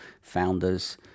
founders